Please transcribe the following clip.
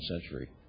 century